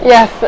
Yes